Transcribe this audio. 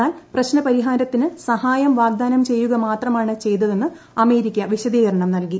എന്നാൽ പ്രശ്നപരിഹാരത്തിന് സഹായം വാഗ്ദാനം ചെയ്യുക മാത്രമാണ് ചെയ്തതെന്ന് അമേരിക്ക വിശദീകരണം നൽകി